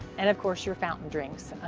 and of course your fountain drinks